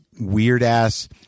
weird-ass